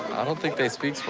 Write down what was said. i don't think they speak